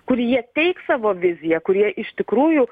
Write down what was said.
kur jie teiks savo viziją kurie iš tikrųjų